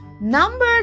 Number